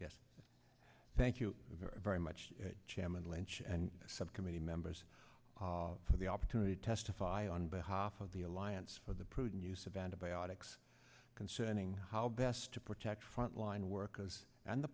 yes thank you very much chairman lynch and subcommittee members for the opportunity to testify on behalf of the alliance for the prudent use of antibiotics concerning how best to protect frontline workers and the